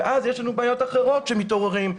אז יש לנו בעיות אחרות שמתעוררות.